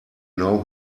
know